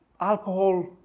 alcohol